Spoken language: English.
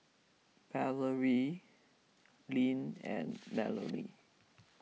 Valorie Lynn and Melany